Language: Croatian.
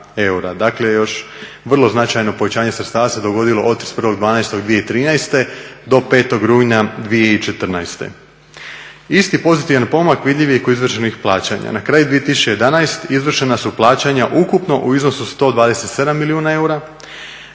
dakle još vrlo značajno povećanje sredstava se dogodilo od 31.12.2013. do 05. rujna 2014. Isti pozitivan pomak vidljiv je i kod izvršenih plaćanja. Na kraju 2011. izvršena su plaćanja ukupno u iznosu od 127 milijuna eura,